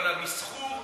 אבל המסחור,